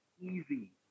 easy